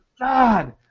god